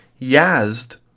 Yazd